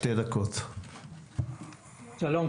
שלום,